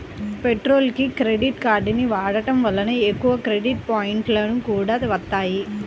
పెట్రోల్కి క్రెడిట్ కార్డుని వాడటం వలన ఎక్కువ క్రెడిట్ పాయింట్లు కూడా వత్తాయి